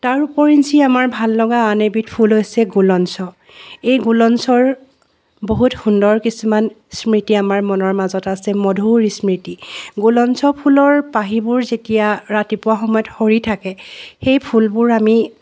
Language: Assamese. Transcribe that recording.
তাৰ উপৰিঞ্চি আমাৰ ভাল লগা আন এবিধ ফুল হৈছে গুলঞ্চ এই গুলঞ্চৰ বহুত সুন্দৰ কিছুমান স্মৃতি আমাৰ মনৰ মাজত আছে মধুৰ স্মৃতি গুলঞ্চ ফুলৰ পাহিবোৰ যেতিয়া ৰাতিপুৱা সময়ত সৰি থাকে সেই ফুলবোৰ আমি